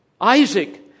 Isaac